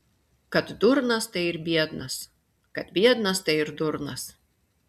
kad durnas tai ir biednas kad biednas tai ir durnas